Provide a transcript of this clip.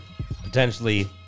potentially